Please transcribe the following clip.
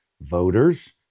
voters